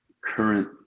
current